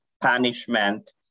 punishment